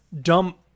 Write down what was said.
dump